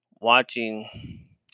watching